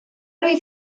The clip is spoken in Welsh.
wyf